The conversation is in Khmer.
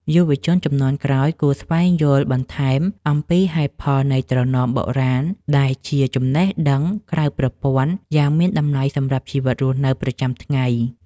យុវជនជំនាន់ក្រោយគួរស្វែងយល់បន្ថែមអំពីហេតុផលនៃត្រណមបុរាណដែលជាចំណេះដឹងក្រៅប្រព័ន្ធយ៉ាងមានតម្លៃសម្រាប់ជីវិតរស់នៅប្រចាំថ្ងៃ។